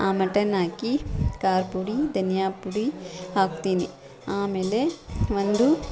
ಆ ಮಟನ್ ಹಾಕಿ ಖಾರ ಪುಡಿ ಧನಿಯಾ ಪುಡಿ ಹಾಕ್ತೀನಿ ಆಮೇಲೆ ಒಂದು